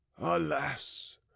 alas